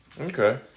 Okay